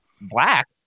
blacks